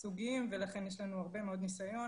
סוגים ולכן יש לנו הרבה מאוד ניסיון